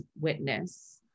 witness